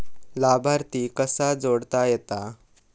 लाभार्थी कसा जोडता येता?